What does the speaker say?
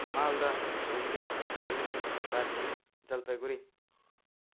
Malda Hooghly Kalimpong Darjeeling Jalpaiguri